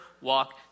walk